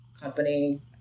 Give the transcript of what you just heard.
company